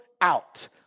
out